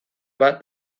bat